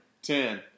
Ten